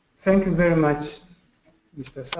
thank you very much mr. sawe.